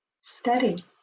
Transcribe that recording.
steady